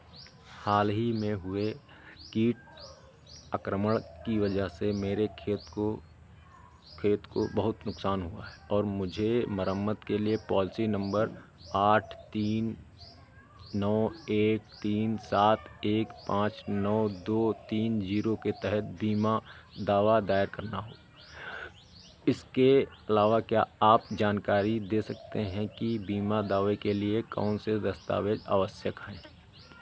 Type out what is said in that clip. हाल ही में हुए कीट आक्रमण की वजह से मेरे खेत को खेत को बहुत नुक़सान हुआ है और मुझे मरम्मत के लिए पौलिसी नंबर आठ तीन नौ एक तीन सात एक पाँच नौ दो तीन जीरो के तहत बीमा दावा दायर करना होगा इसके अलावा क्या आप जानकारी दे सकते हैं कि बीमा दावे के लिए कौन से दस्तावेज़ आवश्यक हैं